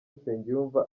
nsengiyumva